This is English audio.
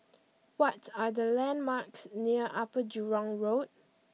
what are the landmarks near Upper Jurong Road